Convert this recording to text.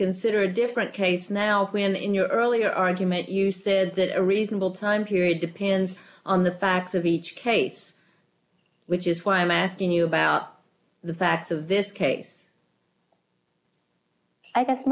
consider a different case now when in your earlier argument uses it a reasonable time period depends on the facts of each case which is why i'm asking you about the facts of this case i guess